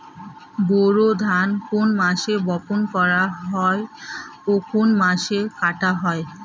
বোরো ধান কোন মাসে বপন করা হয় ও কোন মাসে কাটা হয়?